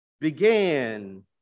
began